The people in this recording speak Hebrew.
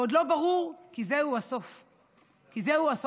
ועוד לא ברור שזה סוף פסוק.